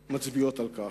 מצביעות על כך.